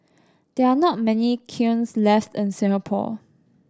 there are not many kilns left in Singapore